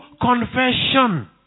confession